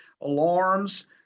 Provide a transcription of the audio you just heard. alarms